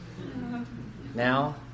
Now